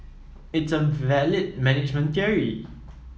it's a valid management theory